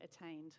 attained